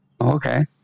Okay